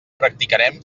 practicarem